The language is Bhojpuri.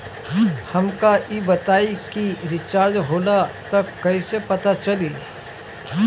हमका ई बताई कि रिचार्ज होला त कईसे पता चली?